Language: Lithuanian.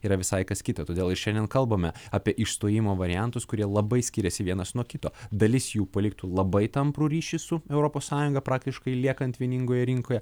yra visai kas kita todėl ir šiandien kalbame apie išstojimo variantus kurie labai skiriasi vienas nuo kito dalis jų paliktų labai tamprų ryšį su europos sąjunga praktiškai liekant vieningoje rinkoje